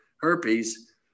herpes